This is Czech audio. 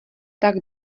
tak